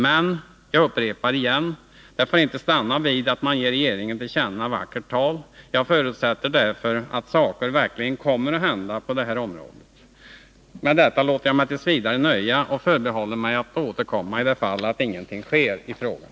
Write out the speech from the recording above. Men — jag upprepar det återigen — det får inte stanna vid att man ger regeringen till känna vackert tal. Jag förutsätter därför att saker verkligen kommer att hända på det här området. Med detta låter jag mig t.v. nöja, och jag NF 159 förbehåller mig rätten att återkomma för den händelse att ingenting sker i Torsdagen den frågan.